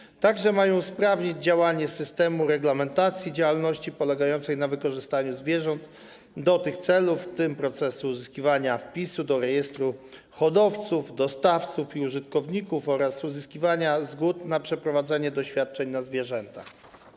Mają one także sprawdzić działanie systemu reglamentacji działalności polegającej na wykorzystaniu zwierząt do tych celów, w tym procesu uzyskiwania wpisu do rejestru hodowców, dostawców i użytkowników oraz uzyskiwania zgód na przeprowadzenie doświadczeń na zwierzętach.